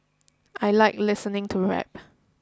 I like listening to rap